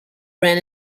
ran